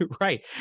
right